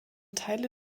teile